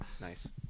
Nice